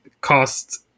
cost